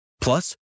Plus